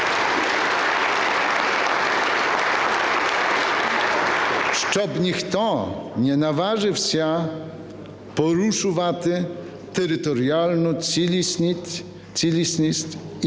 Щоб ніхто не наважився порушувати територіальну цілісність і